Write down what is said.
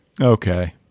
okay